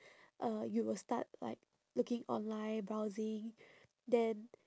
uh you will start like looking online browsing then